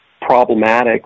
problematic